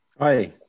Hi